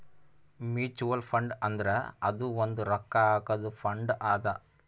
mutual fund ಅಂದುರ್ ಅದು ಒಂದ್ ರೊಕ್ಕಾ ಹಾಕಾದು ಫಂಡ್ ಅದಾ